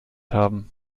haben